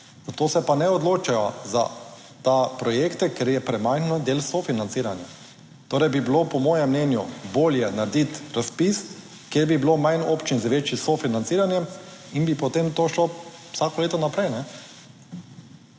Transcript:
(Nadaljevanje) ta projekt, ker je premalo del sofinanciranja. Torej bi bilo po mojem mnenju bolje narediti razpis kjer bi bilo manj občin z večjim sofinanciranjem in bi potem to šlo vsako leto naprej.